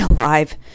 alive